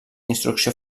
instrucció